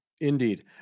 Indeed